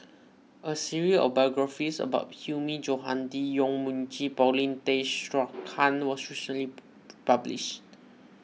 a series of biographies about Hilmi Johandi Yong Mun Chee and Paulin Tay Straughan was published